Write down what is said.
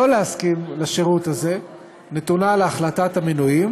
להסכים לשירות הזה נתונה להחלטת המנויים,